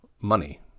money